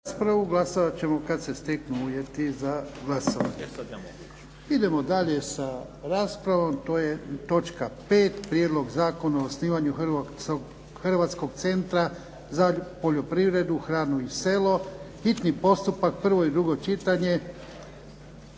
**Jarnjak, Ivan (HDZ)** Idemo dalje sa raspravom. To je –- Konačni prijedlog Zakona o osnivanju Hrvatskog centra za poljoprivredu, hranu i selo, hitni postupak, prvo i drugo čitanje,